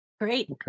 Great